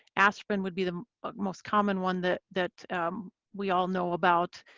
aspirin would be the most common one that that we all know about,